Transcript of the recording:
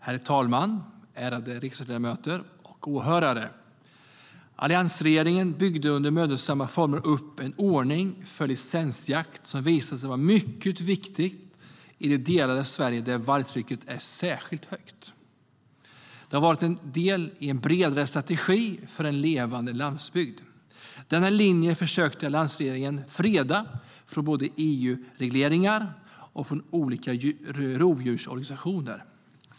Herr talman! Ärade riksdagsledamöter och åhörare! Alliansregeringen byggde under mödosamma former upp en ordning för licensjakt som visat sig vara mycket viktig i de delar av Sverige där vargtrycket är särskilt högt. Den har varit en del i en bredare strategi för en levande landsbygd. Denna linje försökte alliansregeringen freda både från EU-regleringar och från olika rovdjursorganisationer.